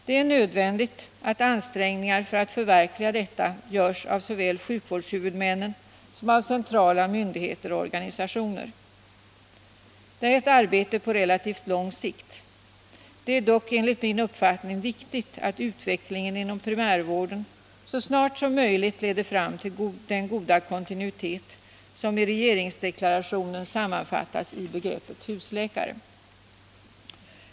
Det är nödvändigt att ansträngningar för att förverkliga detta görs av såväl sjukvårdshuvudmännen som centrala myndigheter och organisationer. Detta är ett arbete på relativt lång sikt. Det är dock enligt min uppfattning viktigt att utvecklingen inom primärvården så snart som möjligt leder fram till den goda kontinuitet som i regeringsdeklarationen sammanfattas i begreppet husläkare.